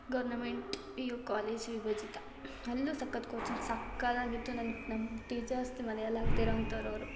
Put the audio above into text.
government P U college ವಿಭಜಿತ ಅಲ್ಲೂ ಸಖತ್ತು ಕೋಚಿಂಗ್ ಸಖತ್ತಾಗಿತ್ತು ನಮ್ಮ ಟೀಚರ್ಸ್ ಮರೆಯಲಾಗದಿರೋ ಅಂಥವ್ರು ಅವರು